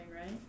right